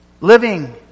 living